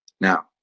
Now